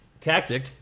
Tactic